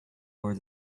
over